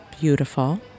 Beautiful